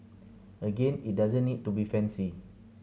again it doesn't need to be fancy